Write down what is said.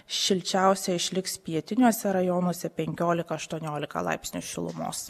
šilčiausia išliks pietiniuose rajonuose penkiolika aštuoniolika laipsnių šilumos